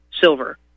silver